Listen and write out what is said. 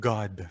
God